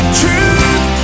truth